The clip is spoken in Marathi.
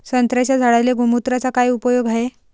संत्र्याच्या झाडांले गोमूत्राचा काय उपयोग हाये?